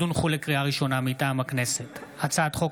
הצעת חוק